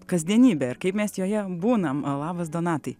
kasdienybė ir kaip mes joje būnam labas donatai